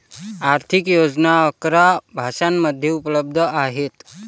आर्थिक योजना अकरा भाषांमध्ये उपलब्ध आहेत